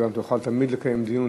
אתה גם תוכל תמיד לקיים דיון.